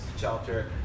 shelter